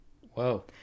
whoa